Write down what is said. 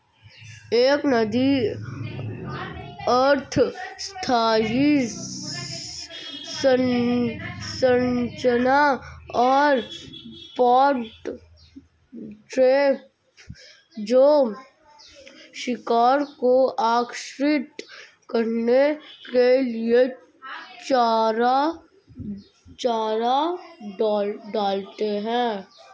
एक नदी अर्ध स्थायी संरचना और पॉट ट्रैप जो शिकार को आकर्षित करने के लिए चारा डालते हैं